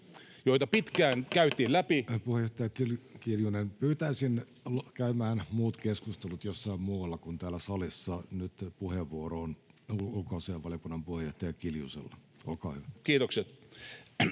Time: 12:17 Content: Puheenjohtaja Kiljunen. — Pyytäisin käymään muut keskustelut jossain muualla kuin täällä salissa. Nyt puheenvuoro on ulkoasiainvaliokunnan puheenjohtaja Kiljusella. — Olkaa hyvä. [Speech